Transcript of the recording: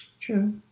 True